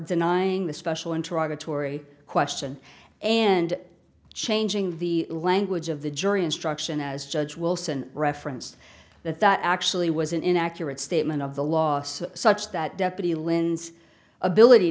denying the special interest to tory question and changing the language of the jury instruction as judge wilson referenced that that actually was an inaccurate statement of the loss of such that deputy lynn's ability